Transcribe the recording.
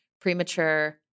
premature